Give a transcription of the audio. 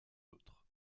autre